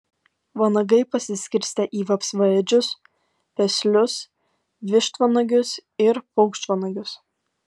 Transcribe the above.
vanagai pasiskirstę į vapsvaėdžius peslius vištvanagius ir paukštvanagius